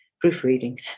proofreading